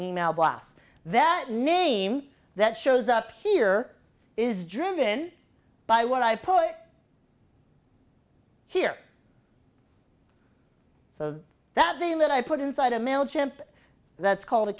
e mail blast that name that shows up here is driven by what i put here so that they let i put inside a mail chimp that's called a